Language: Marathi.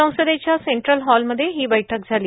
संसदेच्या सेंट्रल हॉलमध्ये हि बैठक झाली